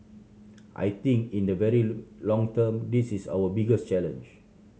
I think in the very long term this is our biggest challenge